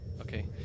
Okay